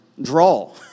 draw